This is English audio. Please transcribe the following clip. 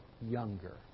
younger